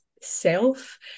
self